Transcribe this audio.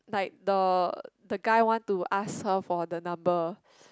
like the the guy want to ask her for the number